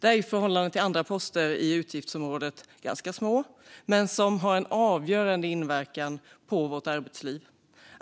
De är i förhållande till andra poster i utgiftsområdet ganska små, men arbetsmiljön har avgörande inverkan på vårt arbetsliv.